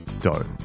dough